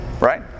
right